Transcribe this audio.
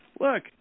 look